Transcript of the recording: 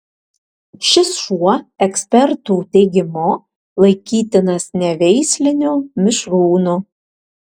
šis šuo ekspertų teigimu laikytinas neveisliniu mišrūnu